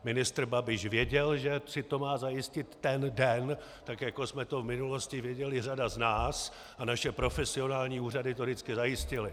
Ministr Babiš věděl, že si to má zajistit ten den, tak jako jsme to v minulosti věděli řada z nás, a naše profesionální úřady to vždycky zajistily.